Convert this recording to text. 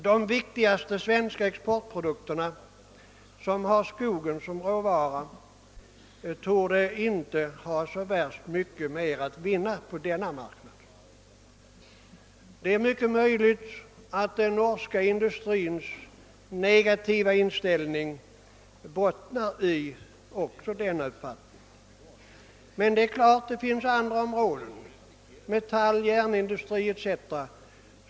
De viktigaste svenska exportprodukterna som har skogen som råvara, torde t.ex. inte ha så värst mycket mer att vinna på denna marknad. Det är mycket möjligt att den norska industrins negativa inställning också bottnar i denna uppfattning. Men det är klart att det finns andra områden — metall, järnindustri ete.